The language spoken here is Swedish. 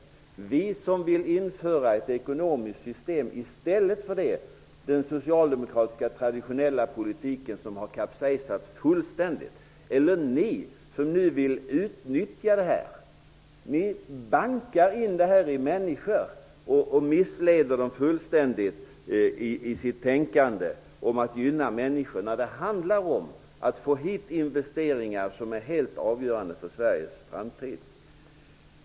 Är det vi, som vill införa ett nytt ekonomiskt system i stället för det som den traditionella socialdemokratiska politiken har fått att kapsejsa fullständigt? Eller är det ni, som nu vill utnyttja detta? Ni bankar in detta i människor och missleder dem fullständigt i deras tänkande med tal om att gynna människor. Det handlar ju om att få hit investeringar, något som är helt avgörande för Sveriges framtid.